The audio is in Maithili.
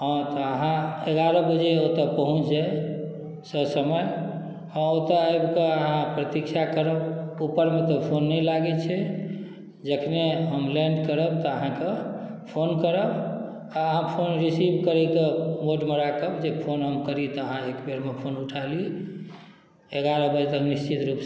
हँ तऽ अहाँ एगारह बजे ओतऽ पहुँच जाइ ससमय हँ ओतऽ आबिके अहाँ प्रतीक्षा करब उपरमे तऽ फोन नहि लागै छै जखने हम लैण्ड करब तऽ अहाँके फोन करब आओर अहाँ फोन रिसीव करैके मोडमे राखब जे फोन हम करी तऽ अहाँ एकबेरमे फोन उठा ली एगारह बजे तक निश्चित रूपसँ